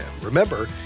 Remember